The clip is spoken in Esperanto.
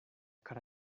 kara